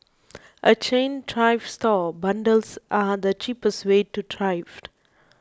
a chain thrift store bundles are the cheapest way to thrift